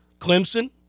Clemson